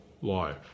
life